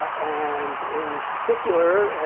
and in particular,